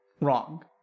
wrong